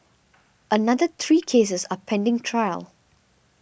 another three cases are pending trial